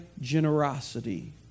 generosity